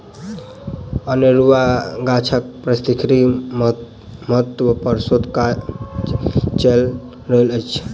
अनेरुआ गाछक पारिस्थितिकीय महत्व पर शोध काज चैल रहल अछि